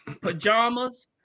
pajamas